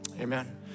Amen